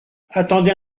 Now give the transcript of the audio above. attendez